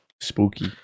Spooky